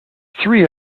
three